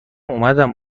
اومدم